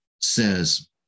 says